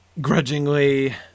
grudgingly